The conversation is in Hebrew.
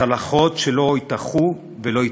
צלקות שלא התאחו ולא יתאחו.